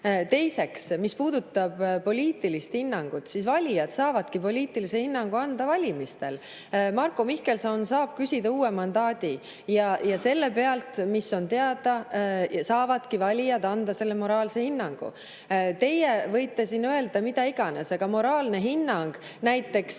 Teiseks, mis puudutab poliitilist hinnangut, siis valijad saavad poliitilise hinnangu anda valimistel. Marko Mihkelson saab küsida uue mandaadi. Selle pealt, mis on teada, saavadki valijad anda moraalse hinnangu. Teie võite öelda mida iganes. Moraalne hinnang ...Teie